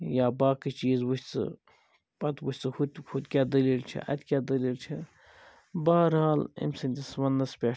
یا باقٕے چیٖز وُچھ ژٕ پَتہٕ وُچھ ژٕ ہُتہِ کیٛاہ دلیٖل چھِ اَتہِ کیٛاہ دلیٖل چھِ بہرحال أمۍ سٕنٛدس وَننَس پٮ۪ٹھ